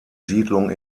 siedlung